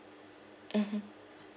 mmhmm